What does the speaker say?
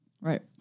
Right